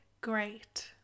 great